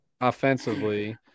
offensively